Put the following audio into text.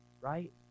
right